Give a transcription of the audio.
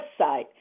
website